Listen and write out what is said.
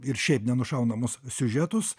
ir šiaip nenušaunamus siužetus